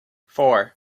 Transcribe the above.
four